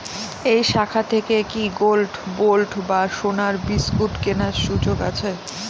এই শাখা থেকে কি গোল্ডবন্ড বা সোনার বিসকুট কেনার সুযোগ আছে?